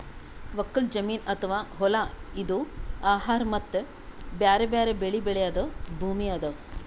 ಒಕ್ಕಲ್ ಜಮೀನ್ ಅಥವಾ ಹೊಲಾ ಇದು ಆಹಾರ್ ಮತ್ತ್ ಬ್ಯಾರೆ ಬ್ಯಾರೆ ಬೆಳಿ ಬೆಳ್ಯಾದ್ ಭೂಮಿ ಅದಾ